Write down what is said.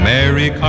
Mary